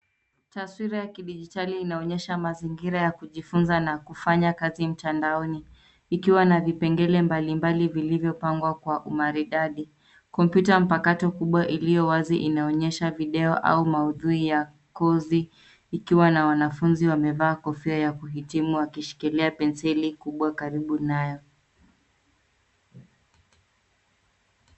Taswira ya kijiditali inaonyesha mazingira ya kujifunza na kufanya kazi mtandaoni, ikiwa na vipengele mbalimbali vilivyopangwa kwa umaridadi. Kompyuta mpakato kubwa iliyowazi inaonyesha video au maudhui ya kozi ikiwa na wanafunzi wamevaa kofia ya kuhitimu wakishikilia penseli kubwa karibu nayo.